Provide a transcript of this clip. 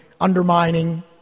undermining